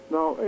Now